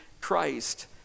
Christ